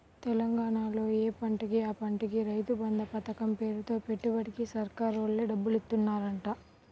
తెలంగాణాలో యే పంటకి ఆ పంటకి రైతు బంధు పతకం పేరుతో పెట్టుబడికి సర్కారోల్లే డబ్బులిత్తన్నారంట